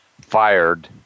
fired